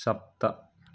सप्त